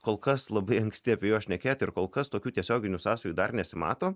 kol kas labai anksti apie juos šnekėti ir kol kas tokių tiesioginių sąsajų dar nesimato